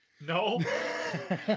No